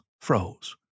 froze